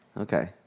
Okay